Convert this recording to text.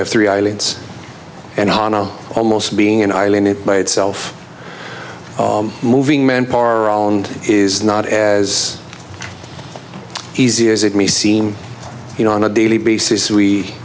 have three islands and almost being an island it by itself moving manpower around is not as easy as it may seem you know on a daily basis we